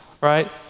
right